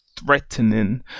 threatening